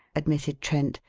admitted trent.